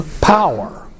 power